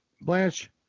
Blanche